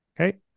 Okay